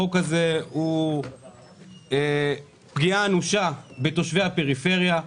החוק הזה הוא פגיעה אנושה בתושבי הפריפריה.